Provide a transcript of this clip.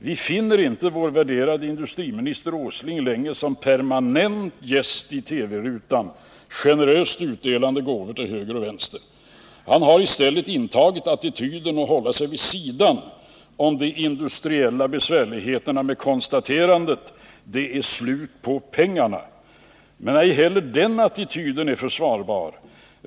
Vi finner inte vår värderade industriminister Åsling längre som permanent gäst i TV-rutan, generöst utdelande gåvor till höger och vänster. Han har i stället intagit attityden att hålla sig vid sidan om de industriella besvärligheterna med konstaterandet: Det är slut på pengarna. Men ej heller den attityden är försvarbar.